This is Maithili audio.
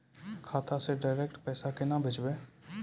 खाता से डायरेक्ट पैसा केना भेजबै?